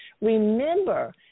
remember